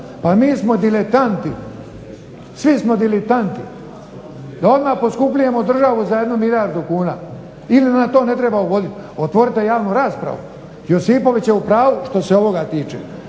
Mi smo diletanti. Svi smo diletanti. Da odmah poskupljujemo državu za jednu milijardu kuna ili da to ne treba uvoditi. Otvorite javnu raspravu. Josipović je u pravu što se ovoga tiče.